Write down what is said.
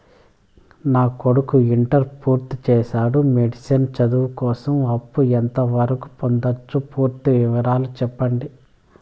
నా కొడుకు ఇంటర్ పూర్తి చేసాడు, మెడిసిన్ చదువు కోసం అప్పు ఎంత వరకు పొందొచ్చు? పూర్తి వివరాలు సెప్పండీ?